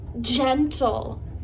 gentle